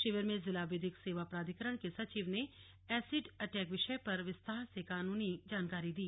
शिविर में जिला विधिक सेवा प्राधिकरण के सचिव ने एसिड अटैक विषय पर विस्तार से कानूनी जानकारी दी